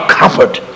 comfort